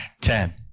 Ten